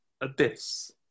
abyss